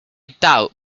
doubt